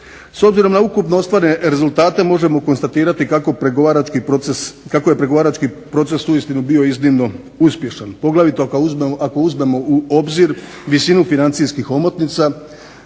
S obzirom na ukupno ostvarene rezultate možemo konstatirati kako je pregovarački proces uistinu bio iznimno uspješan poglavito ako uzmemo u obzir visinu financijskih omotnica,